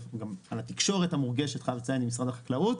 וגם על התקשורת המורגשת ממשרד החקלאות,